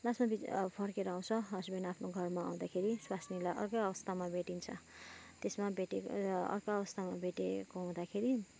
लास्टमा विचारा फर्केर आउँछ हजबेन्ड आफ्नो घरमा आउँदाखेरि स्वास्नीलाई अर्कै अवस्थामा भेटिन्छ त्यसमा भेटेर अर्कै अवस्थामा भेटिएको हुँदाखेरि